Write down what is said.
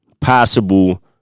possible